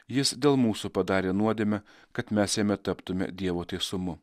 jis dėl mūsų padarė nuodėmę kad mes jame taptume dievo teisumu